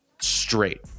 straight